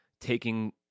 taking